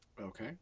Okay